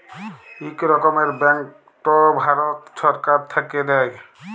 ইক রকমের ব্যাংকট ভারত ছরকার থ্যাইকে দেয়